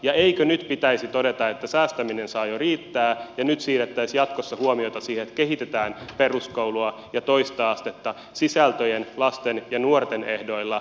ja eikö nyt pitäisi todeta että säästäminen saa jo riittää ja nyt siirrettäisiin jatkossa huomiota siihen että kehitetään peruskoulua ja toista astetta sisältöjen lasten ja nuorten ehdoilla